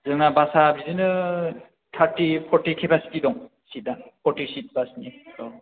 जोंना बासआ बिदिनो थारथि फरथि खेफासिथि दं सिदा फरथि सिद बासनि औ